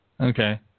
Okay